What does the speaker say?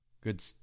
Good